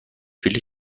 بلیط